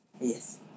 Yes